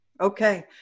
okay